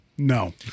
No